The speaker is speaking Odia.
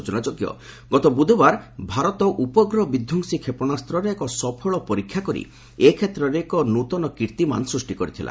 ସୂଚନାଯୋଗ୍ୟ ଗତ ବୁଧବାର ଭାରତ ଉପଗ୍ରହ ବିଧ୍ୱଂସୀ କ୍ଷେପଶାସ୍ତର ଏକ ସପଳ ପରୀକ୍ଷା କରି ଏ କ୍ଷେତ୍ରରେ ଏକ ନୂଆ କୀର୍ଭିମାନ୍ ସୃଷ୍ଟି କରିଥିଲା